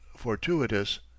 fortuitous